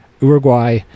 Uruguay